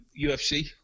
UFC